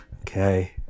Okay